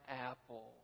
Apple